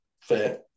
Fair